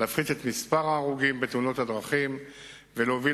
להפחית את מספר ההרוגים בתאונות הדרכים ולהוביל